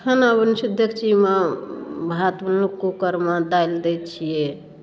खाना बनै छै डेक्चीमे भात बनेलहुँ कूकरमे दालि दै छियै